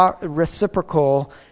reciprocal